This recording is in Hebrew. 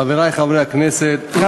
חברי חברי הכנסת,